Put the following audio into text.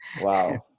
Wow